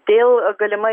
dėl galimai